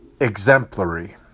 exemplary